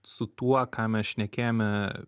su tuo ką mes šnekėjome